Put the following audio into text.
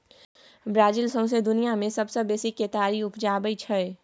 Brazil सौंसे दुनियाँ मे सबसँ बेसी केतारी उपजाबै छै